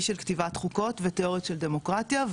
של כתיבת חוקות ותיאוריות של דמוקרטיה ,